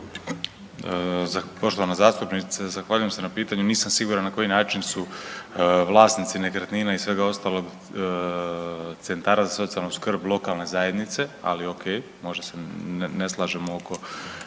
Poštovana zastupnice, zahvaljujem se na pitanju. Nisam siguran na koji način su vlasnici nekretnina i svega ostalog centara za socijalnu skrb lokalne zajednice, ali okej, možda se ne slažemo oko